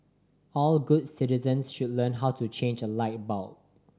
all good citizens should learn how to change a light bulb